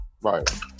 Right